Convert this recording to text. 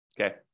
Okay